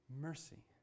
mercy